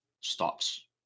stops